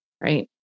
Right